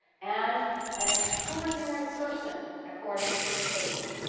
and an extraordinary person according to chase,